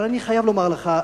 אבל אני חייב לומר לך,